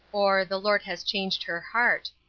or, the lord has changed her heart.